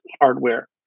hardware